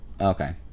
okay